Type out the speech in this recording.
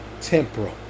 temporal